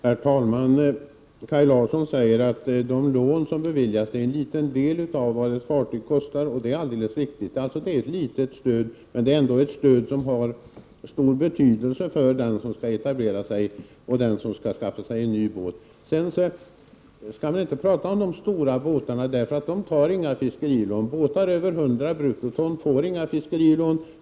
Herr talman! Kaj Larsson sade att de lån som beviljats utgör en liten del av vad ett fartyg kostar. Det är alldeles riktigt. Stödet är alltså litet, men det är ändå ett stöd som har stor betydelse för den som skall etablera sig eller som skall skaffa sig en ny båt. De stora båtarna hör inte hemma i det här sammanhanget, eftersom de inte tar några fiskerilån. Båtar på över 100 bruttoton får inga fiskerilån.